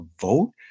vote